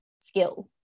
skill